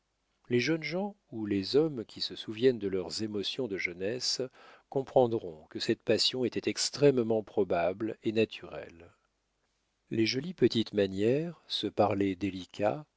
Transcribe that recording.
les jeunes gens ou les hommes qui se souviennent de leurs émotions de jeunesse comprendront que cette passion était extrêmement probable et naturelle les jolies petites manières ce parler délicat